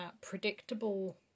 predictable